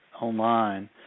online